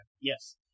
Yes